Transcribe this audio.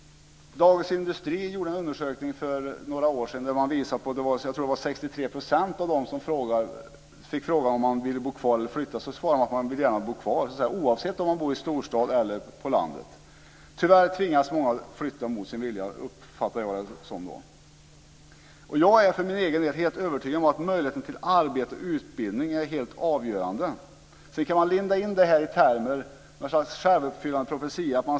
Dagens Industri gjorde en undersökning för några år sedan. Och jag tror att det var 63 % av dem som fick frågan om de ville bo kvar eller flytta som svarade att de gärna ville bo kvar, oavsett om de bodde i storstad eller på landet. Tyvärr tvingas många, såvitt jag uppfattar det, att flytta mot sin vilja. Jag är för min egen del helt övertygad om att möjligheten till arbete och utbildning är helt avgörande. Sedan kan man linda in detta i termer av något slags självuppfyllande profetia.